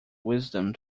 wisdom